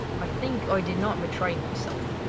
i think i did not betray myself.